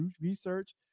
research